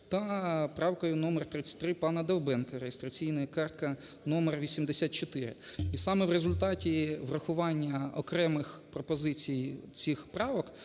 та правкою № 33 пана Довбенка (реєстраційна картка № 84). І саме в результаті врахування окремих пропозицій цих правок